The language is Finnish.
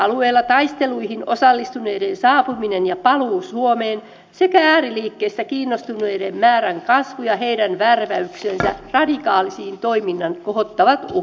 konfliktialueella taisteluihin osallistuneiden saapuminen ja paluu suomeen sekä ääriliikkeistä kiinnostuneiden määrän kasvu ja heidän värväyksensä radikaaliin toimintaan kohottavat uhkaa